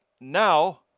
Now